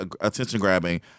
attention-grabbing